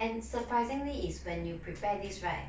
and surprisingly is when you prepare this right